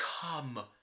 Come